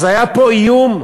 אז היה פה איום,